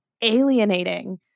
alienating